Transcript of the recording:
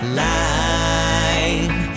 line